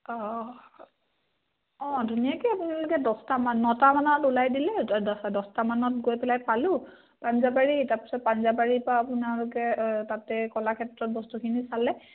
অঁ অঁ ধুনীয়াকৈ আপোনালোকে দছটামান নটামানত ওলাই দিলে দছটা দছটামানত গৈ পেলাই পালোঁ পাঞ্জাবাৰী তাৰপিছত পাঞ্জাবাৰীৰ পৰা আপোনালোকে তাতে কলাক্ষেত্ৰত বস্তুখিনি চালে